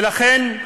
ולכן,